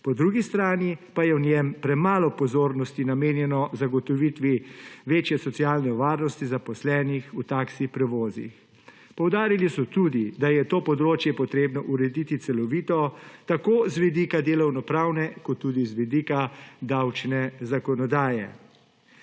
po drugi strani pa je v njem premalo pozornosti namenjeno zagotovitvi večje socialne varnosti zaposlenih v taksi prevozih. Poudarili so tudi da je to področje potrebno urediti celovito tako z vidika delovnopravne kot tudi z vidika davčne zakonodaje.